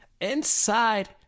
inside